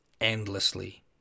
Endlessly